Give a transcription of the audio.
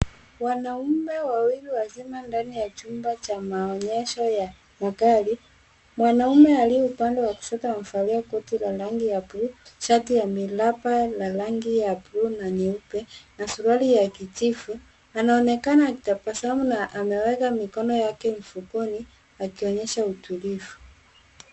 Wanaume wawili wazima ndani ya chumba cha maonyesho ya magari. Mwanaume aliye upande wa kushoto amevalia koti la rangi ya bluu, shati ya miraba la rangi ya bluu na nyeupe na suruali ya kijivu. Anaonekana akitabasamu na ameweka mikono yake mfukoni akionyesha utulivu.